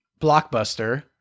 blockbuster